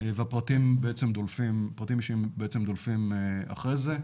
והפרטים האישיים דולפים אחרי זה.